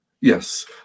Yes